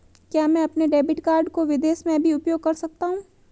क्या मैं अपने डेबिट कार्ड को विदेश में भी उपयोग कर सकता हूं?